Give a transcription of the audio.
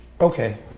Okay